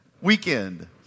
weekend